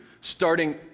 starting